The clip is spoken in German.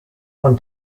von